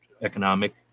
economic